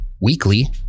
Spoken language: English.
weekly